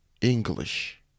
English